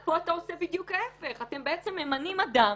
פה אתם עושים בדיוק ההפך, אתם בעצם ממנים אדם,